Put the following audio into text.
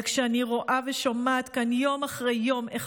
אבל כשאני רואה ושומעת כאן יום אחרי יום איך